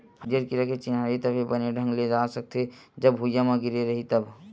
हरियर कीरा के चिन्हारी तभे बने ढंग ले जा सकथे, जब भूइयाँ म गिरे रइही तब